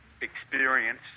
experience